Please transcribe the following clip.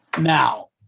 Now